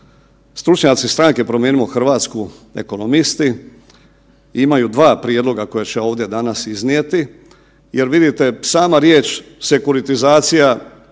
Stručnjaci Stranke Promijenimo Hrvatsku, ekonomisti imaju dva prijedloga koja ću ja ovdje danas iznijeti jer vidite sama riječ sekuritizacija,